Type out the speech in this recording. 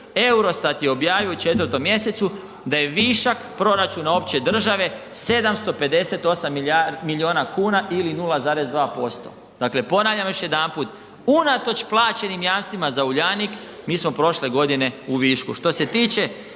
EUROSTAT je objavio u 4. mjesecu da je višak proračuna opće države 758 milijuna kuna ili 0,2%, dakle ponavljam još jedanput, unatoč plaćenim jamstvima za Uljanik mi smo prošle godine u višku. Što se tiče